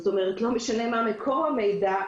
כך שלא משנה מהו מקור המידע,